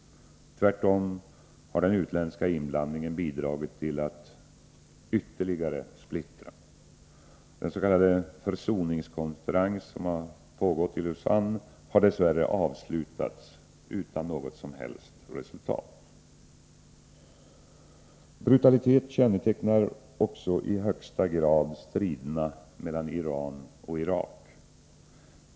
Tvärtom har den utländska inblandningen bidragit till att ytterligare splittra. Den s.k. försoningskonferens som pågått i Luzanne har dess värre avslutats utan något som helst resultat. Brutalitet kännetecknar också i högsta grad striderna mellan Iran och Irak.